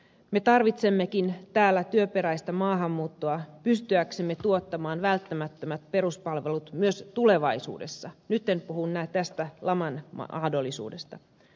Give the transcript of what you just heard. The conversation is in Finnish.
me tarvitsemmekin täällä työperäistä maahanmuuttoa pystyäksemme tuottamaan välttämättömät peruspalvelut myös tulevaisuudessa nyt en puhu tästä laman mahdollisuudesta